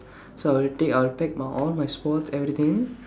so I will take I'll pack my all my sports everything